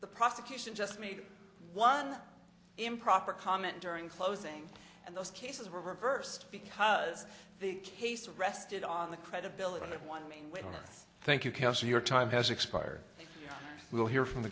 the prosecution just made one improper comment during closing and those cases were reversed because the case rested on the credibility of one main witness thank you cast your time has expired you will hear from the